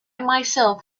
myself